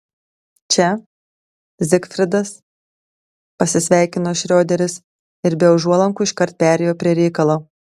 čia zigfridas pasisveikino šrioderis ir be užuolankų iškart perėjo prie reikalo